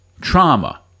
trauma